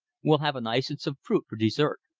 we'll have an ice and some fruit for dessert.